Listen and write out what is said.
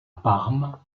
parme